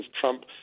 trump